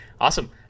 awesome